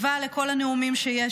חשובים.